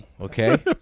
okay